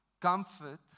Comfort